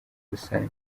rusange